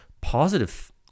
positive